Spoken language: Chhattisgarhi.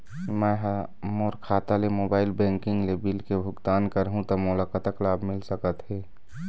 मैं हा मोर खाता ले मोबाइल बैंकिंग ले बिल के भुगतान करहूं ता मोला कतक लाभ मिल सका थे?